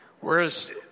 Whereas